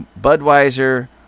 Budweiser